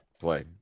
play